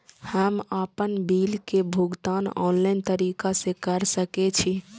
हम आपन बिल के भुगतान ऑनलाइन तरीका से कर सके छी?